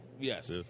Yes